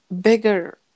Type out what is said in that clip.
bigger